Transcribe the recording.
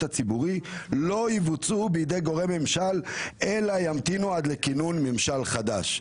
הציבורי לא יבוצעו בידי גורם ממשל אלא ימתינו עד לכינון ממשל חדש.